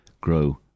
grow